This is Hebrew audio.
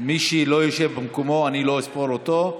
מי שלא ישב במקומו אני לא אספור אותו.